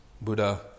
Buddha